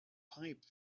pipe